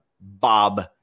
Bob